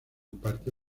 parte